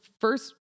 first